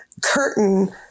curtain